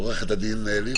עורכת-הדין אלי,